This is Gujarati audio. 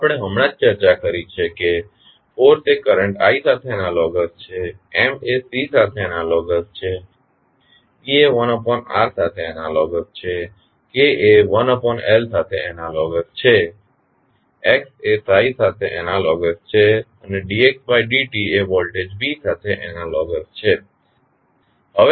આ આપણે હમણાં જ ચર્ચા કરી છે કે ફોર્સ એ કરંટ i સાથે એનાલોગસ છે M એ C સાથે એનાલોગસ છે B એ 1R સાથે એનાલોગસ છે K એ 1L સાથે એનાલોગસ છે x એ સાથે એનાલોગસ છે અને dxdt એ વોલ્ટેજ V સાથે એનાલોગસ છે